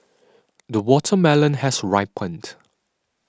the watermelon has ripened